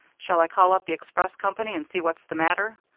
shall i call up the express company and see what's the matter?